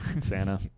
Santa